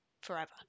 forever